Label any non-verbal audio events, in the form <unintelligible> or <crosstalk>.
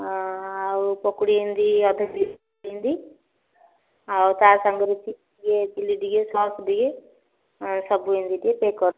ହଁ ଆଉ ପକୁଡ଼ି ଏନ୍ତି ଅଧା <unintelligible> ଆଉ ତା ସାଙ୍ଗରେ ଚିଲି ଟିକେ ସସ୍ ଟିକେ ସବୁ ଏମିତି ଟିକେ ପେକ୍ କରି